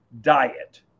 diet